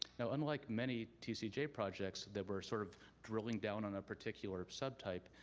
now unlike many tcga projects that were sort of drilling down on a particular subtype,